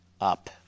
up